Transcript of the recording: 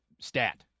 stat